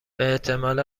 باحتمال